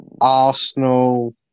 Arsenal